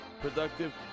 productive